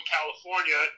California